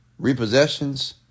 repossessions